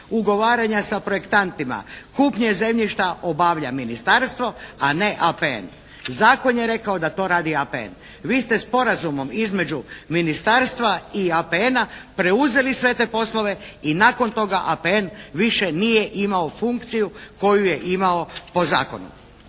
ugovaranja sa projektantima, kupnje zemljišta obavlja ministarstvo, a ne APN. Zakon je rekao da to radi APN. Vi ste sporazumom između ministarstva i APN-a preuzeli sve te poslove i nakon toga APN više nije imao funkciju koju je imao po zakonu.